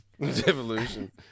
Devolution